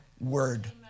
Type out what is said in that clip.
word